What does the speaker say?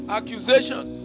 accusations